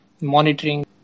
monitoring